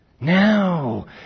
Now